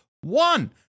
one